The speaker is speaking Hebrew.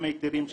גם היתרים,